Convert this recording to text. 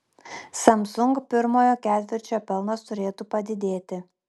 samsung pirmojo ketvirčio pelnas turėtų padidėti